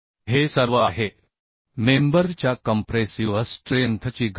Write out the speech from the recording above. हे सर्व आहे मेंबर च्या कंप्रेसिव्ह स्ट्रेंथ ची गणना